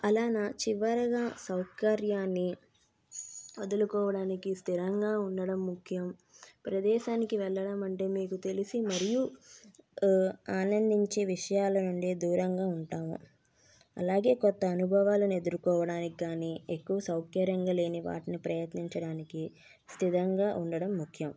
అలా నా చివరగా సౌకర్యాన్ని వదులుకోవడానికి స్థిరంగా ఉండడం ముఖ్యం ప్రదేశానికి వెళ్ళడం అంటే మీకు తెలిసి మరియు ఆనందించే విషయాల నుండి దూరంగా ఉంటాము అలాగే కొత్త అనుభవాలను ఎదుర్కోవడానికి కానీ ఎక్కువ సౌకర్యంగా లేని వాటిని ప్రయత్నించడానికి స్థిరంగా ఉండడం ముఖ్యం